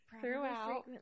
throughout